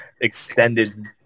extended